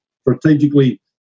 strategically